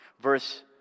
Verse